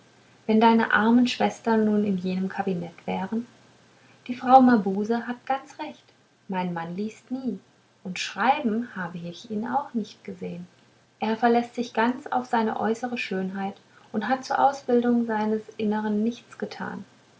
wenn deine armen schwestern nun in jenem kabinett wären die frau mabuse hat ganz recht mein mann liest nie und schreiben habe ich ihn auch nicht gesehn er verläßt sich ganz auf seine äußere schönheit und hat zur ausbildung seines innern nichts getan